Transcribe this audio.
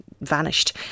vanished